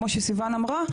כמו שסיון אמרה,